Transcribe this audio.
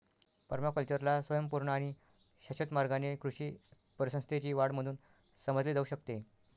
पर्माकल्चरला स्वयंपूर्ण आणि शाश्वत मार्गाने कृषी परिसंस्थेची वाढ म्हणून समजले जाऊ शकते